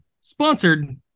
Sponsored